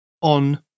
on